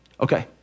Okay